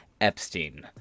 Epstein